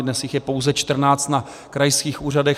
Dnes jich je pouze čtrnáct na krajských úřadech.